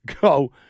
go